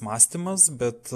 mąstymas bet